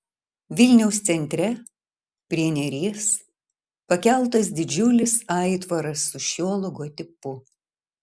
vilniaus centre prie neries pakeltas didžiulis aitvaras su šiuo logotipu